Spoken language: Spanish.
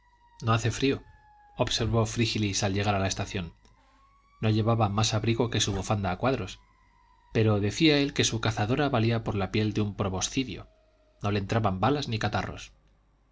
no hace frío observó frígilis al llegar a la estación no llevaba más abrigo que su bufanda a cuadros pero decía él que su cazadora valía por la piel de un proboscidio no le entraban balas ni catarros